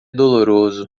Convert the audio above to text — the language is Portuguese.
doloroso